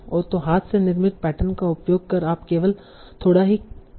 तो हाथ से निर्मित पैटर्न का उपयोग कर आप केवल थोड़ा ही कर सकते हैं